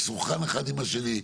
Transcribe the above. מסונכרן אחד עם השני.